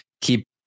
keep